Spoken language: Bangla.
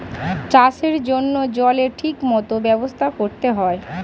চাষের জন্য জলের ঠিক মত ব্যবস্থা করতে হয়